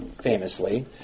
famously